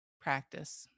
practice